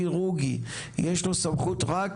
נוירוכירורגי, יש לו סמכות רק